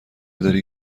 داری